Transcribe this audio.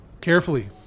Carefully